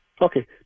Okay